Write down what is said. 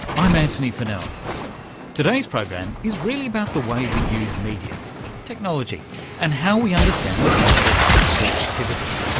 i'm antony funnell. today's program is really about the way we use media technology and how we understand the process of creativity.